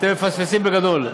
אתם מפספסים בגדול.